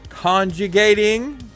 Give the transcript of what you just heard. Conjugating